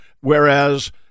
whereas